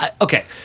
Okay